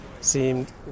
seemed